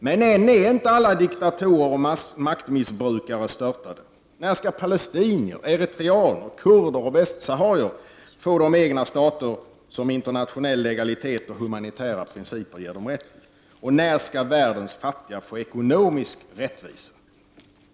Men än är inte alla diktatorer och maktmissbrukare störtade. När skall palestinier, eritreaner, kurder och västsaharier få de egna stater som internationell legalitet och humanitära principer ger dem rätt till ? Och när skall världens fattiga få ekonomisk rättvisa?